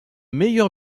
meilleur